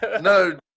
no